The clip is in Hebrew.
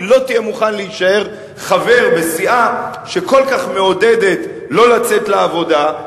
כי לא תהיה מוכן להישאר חבר בסיעה שכל כך מעודדת לא לצאת לעבודה,